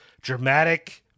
dramatic